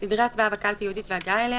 סדרי הצבעה בקלפי ייעודית והגעה אליה.